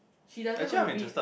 she doesn't even read